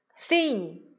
thin